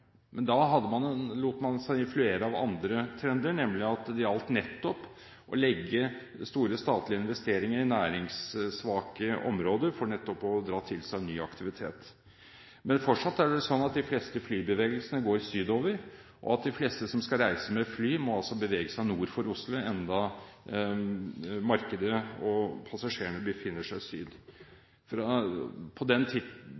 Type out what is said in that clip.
Da lot man seg influere av andre trender, nemlig at det gjaldt nettopp å legge store statlige investeringer i næringssvake områder for nettopp å dra til seg ny aktivitet. Men fortsatt går de fleste flybevegelser sydover, og de fleste som skal reise med fly, må bevege seg nord for Oslo, selv om markedet og passasjerene befinner seg syd for Oslo. På den